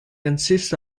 consists